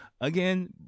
again